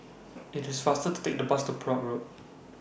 IT IS faster to Take The Bus to Perak Road